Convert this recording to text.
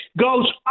goes